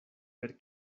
per